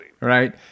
right